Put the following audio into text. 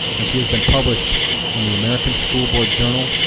and she has been published in the american school board journal,